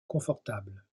confortables